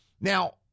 Now